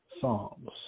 Psalms